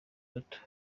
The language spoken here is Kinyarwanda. bato